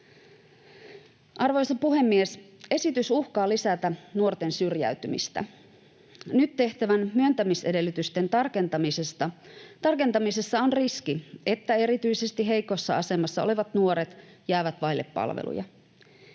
Arvoisa puhemies! Esitys uhkaa lisätä nuorten syrjäytymistä. Nyt tehtävässä myöntämisedellytysten tarkentamisessa on riski, että erityisesti heikossa asemassa olevat nuoret jäävät vaille palveluja.